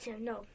no